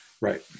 Right